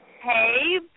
Hey